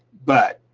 but